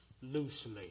Loosely